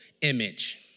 image